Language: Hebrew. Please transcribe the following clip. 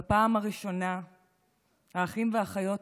בפעם הראשונה האחים והאחיות